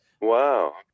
wow